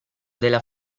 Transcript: della